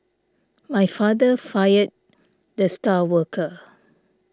my father fired the star worker